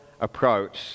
approach